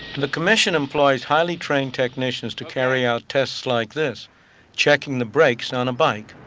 the commission employs highly-trained technicians to carry out tests like this checking the brakes on a bike.